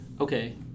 okay